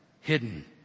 hidden